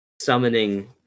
summoning